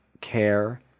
care